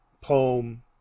poem